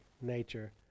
nature